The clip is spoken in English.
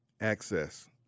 Access